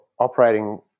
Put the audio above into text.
operating